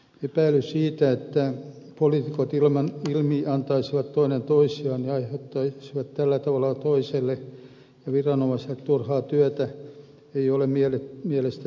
epäily siitä että poliitikot ilmiantaisivat toinen toisiaan ja aiheuttaisivat tällä tavalla toiselle viranomaiselle turhaa työtä ei ole mielestäni uskottava